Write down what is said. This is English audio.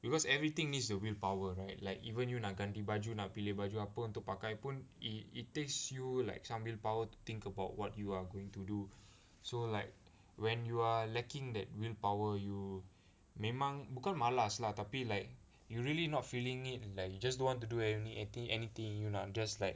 because everything needs your willpower right like even you nak ganti baju nak pilih baju apa untuk pakai pun it takes you like some willpower to think about what you are going to do so like when you are lacking that willpower you memang bukan malas lah tapi like you really not feeling it like you just don't want to do any anything you nak just like